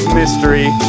mystery